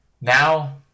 now